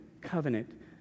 covenant